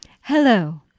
Hello